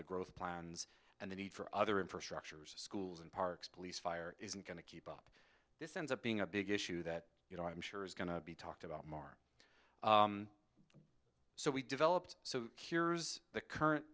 the growth plans and the need for other infrastructures schools and parks police fire isn't going to keep this ends up being a big issue that you know i'm sure is going to be talked about mark so we developed so cures the current